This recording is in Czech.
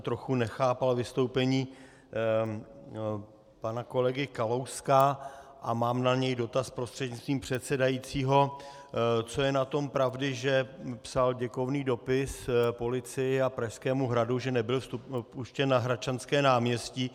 Trochu jsem nechápal vystoupení pana kolegy Kalouska a mám na něj dotaz prostřednictvím předsedajícího, co je na tom pravdy, že psal děkovný dopis policii a Pražskému hradu, že nebyl vpuštěn na Hradčanské náměstí.